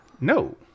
No